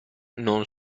non